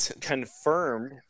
confirmed